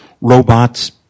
robots